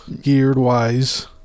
geared-wise